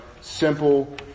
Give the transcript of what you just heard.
simple